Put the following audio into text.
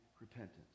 repentance